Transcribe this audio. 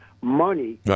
Money